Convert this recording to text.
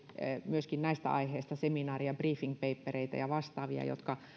myöskin näistä aiheista seminaari ja briefing papereita ja vastaavia jotka